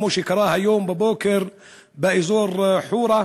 כמו שקרה היום בבוקר באזור חורה.